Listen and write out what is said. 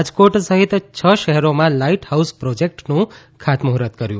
રાજકોટ સહિત છ શહેરોમાં લાઈટહાઉસ પ્રોજેક્ટનું ખાતમુહૂર્ત કર્યું